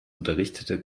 unterrichtete